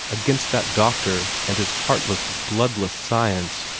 against that doctor and his heartless, bloodless science.